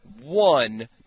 one